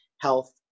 health